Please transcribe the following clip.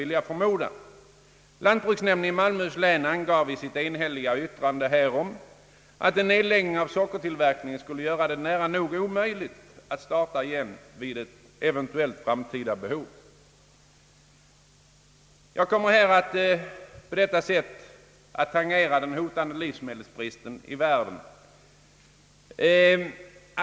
Lantbruksnämnden i Malmöhus län angav i sitt enhälliga yttrande härom: »En nedläggning av sockertillverkningen skulle göra det nära nog omöjligt att starta igen vid ett eventuellt framtida behov.» Här kommer den hotande livsmedelsbristen i världen in i bilden.